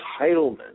entitlement